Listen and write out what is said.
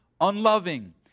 unloving